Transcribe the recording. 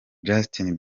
justin